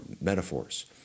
metaphors